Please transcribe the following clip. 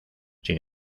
sin